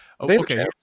Okay